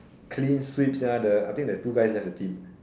clean sweep sia the I think the two guys left the team